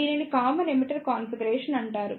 దీనిని common emitter configuration అంటారు